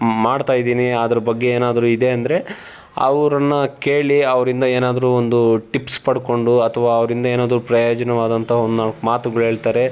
ಮಾಡ್ತಾಯಿದ್ದೀನಿ ಅದ್ರ ಬಗ್ಗೆ ಏನಾದ್ರೂ ಇದೆ ಅಂದರೆ ಅವ್ರನ್ನು ಕೇಳಿ ಅವರಿಂದ ಏನಾದರೂ ಒಂದು ಟಿಪ್ಸ್ ಪಡ್ಕೊಂಡು ಅಥವಾ ಅವರಿಂದ ಏನಾದ್ರೂ ಪ್ರಯೋಜನವಾದಂಥ ಒಂದು ನಾಲ್ಕು ಮಾತುಗಳು ಹೇಳ್ತಾರೆ